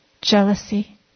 jealousy